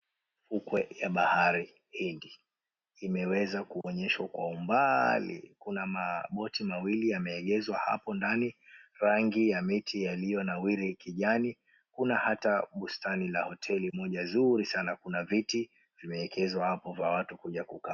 Ukwe ya Bahari Hindi. Imeweza kuonyeshwa kwa umbali kuna maboti mawili yameegezwa hapo ndani, rangi ya miti yaliyo nawiri kijani. Kuna hata bustani la hoteli moja mzuri sana, na kuna viti vimewekezwa hapo vya watu kuja kukaa.